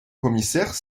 commissaire